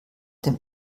dem